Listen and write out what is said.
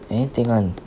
anything [one]